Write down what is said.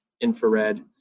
infrared